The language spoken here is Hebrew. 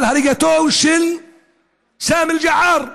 הריגתו של סאמי אל-ג'עאר.